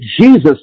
Jesus